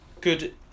good